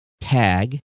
Tag